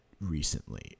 recently